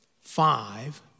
five